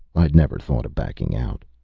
i'd never thought of backing out.